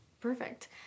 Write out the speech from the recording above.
Perfect